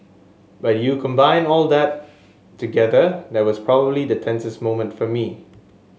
but you combine all that together that was probably the tensest moment for me